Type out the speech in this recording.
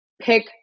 pick